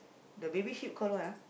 the baby sheep call what ah